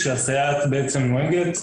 שהסייעת בעצם נוהגת.